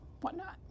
whatnot